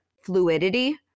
fluidity